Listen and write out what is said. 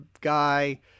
guy